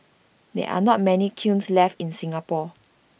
there are not many kilns left in Singapore